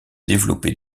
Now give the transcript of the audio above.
développer